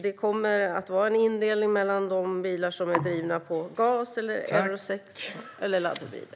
Det kommer att vara en indelning mellan bilar som är drivna på gas, som uppfyller Euro 6 och som är laddhybrider.